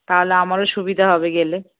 তাহলে আমারও সুবিধা হবে গেলে